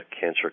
Cancer